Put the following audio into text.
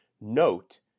Note